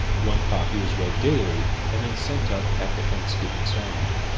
one copy is read daily and then sent up at the thanksgiving ceremony.